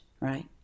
right